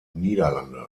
niederlande